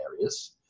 areas